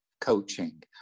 coaching